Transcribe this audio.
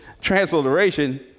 transliteration